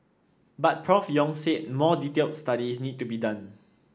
but Prof Yong said more detailed studies need to be done